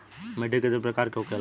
मिट्टी कितने प्रकार के होखेला?